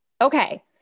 Okay